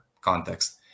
context